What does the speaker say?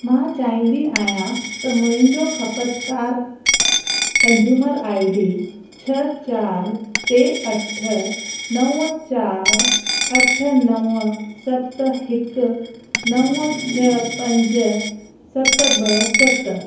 मां चाहींदी आहियां त मुंहिंजो ख़पतिकारु कंज्युमर आई डी छह चार टे अठ नव चार अठ नव सत हिकु नव छह पंज सत ॿ सत